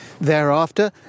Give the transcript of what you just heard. Thereafter